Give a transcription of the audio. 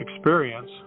experience